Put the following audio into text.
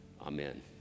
Amen